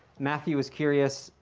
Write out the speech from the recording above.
matthew is curious.